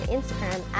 Instagram